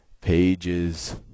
pages